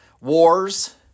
wars